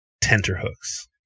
tenterhooks